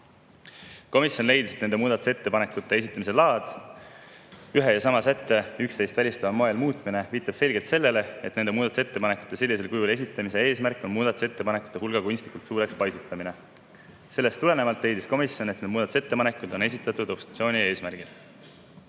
Komisjon leidis, et nende muudatusettepanekute esitamise laad, ühe ja sama sätte muutmine üksteist välistavate muudatustega, viitab selgelt sellele, et nende muudatusettepanekute sellisel kujul esitamise eesmärk on muudatusettepanekute hulga kunstlikult suureks paisutamine. Sellest tulenevalt leidis komisjon, et need muudatusettepanekud on esitatud obstruktsiooni eesmärgil.